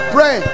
Pray